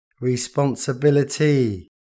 responsibility